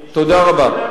תודה רבה.